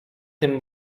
tym